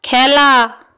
খেলা